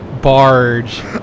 barge